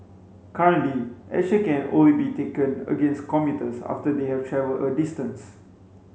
currently action can only be taken against commuters after they have travelled a distance